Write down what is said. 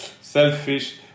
selfish